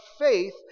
faith